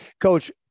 coach